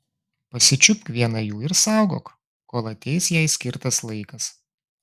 pasičiupk vieną jų ir saugok kol ateis jai skirtas laikas